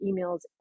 emails